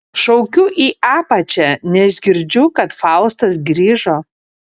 šaukiu į apačią nes girdžiu kad faustas grįžo